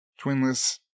Twinless